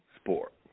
sport